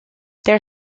their